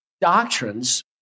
doctrines